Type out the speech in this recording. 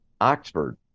Oxford